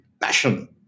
passion